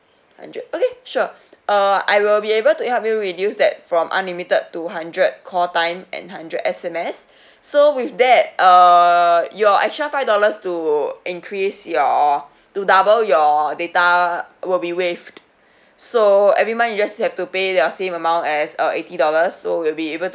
hundred okay sure err I will be able to help you reduce that from unlimited to hundred call time and hundred S_M_S so with that err your extra five dollars to increase your to double your data will be waived so every month you just have to pay the same amount as uh eighty dollars so you'll be able to